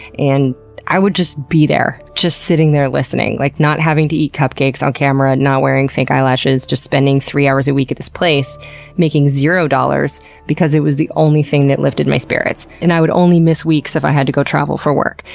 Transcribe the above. and i would just be there, just sitting there listening, like not having to eat cupcakes on camera and not wearing fake eyelashes, just spending three hours a week at this place making zero dollars because it was the only thing that lifted my spirits. and i would only miss weeks if i had to go travel for work.